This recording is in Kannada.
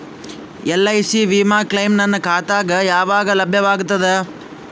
ಎಲ್.ಐ.ಸಿ ವಿಮಾ ಕ್ಲೈಮ್ ನನ್ನ ಖಾತಾಗ ಯಾವಾಗ ಲಭ್ಯವಾಗತದ?